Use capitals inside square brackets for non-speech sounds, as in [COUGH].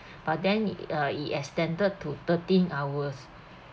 [BREATH] but then it uh it extended to thirteen hours